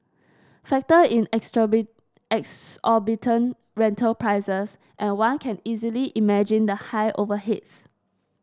factor in exorbitant rental prices and one can easily imagine the high overheads